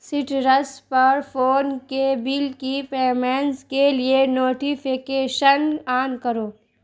سٹرس پر فون کے بل کی پیمنٹز کے لیے نوٹیفکیشن آن کرو